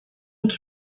and